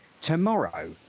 tomorrow